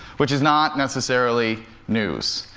which is not necessarily news.